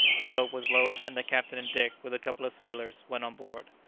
the boat was lowered, and the captain and dick, with a couple of sailors, went on board.